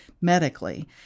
medically